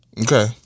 Okay